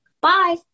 bye